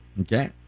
Okay